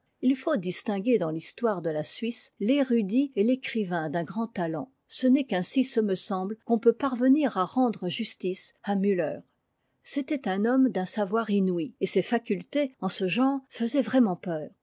h faut distinguer dans l'histoire de la suisse l'érudit et l'écrivain d'ûn grand talent ce n'est qu'ainsi ce me semble qu'on peut parvenir à rendre justice à müller c'était un homme d'un savoir inouï et ses facultés en ce genre faisaient vraiment peur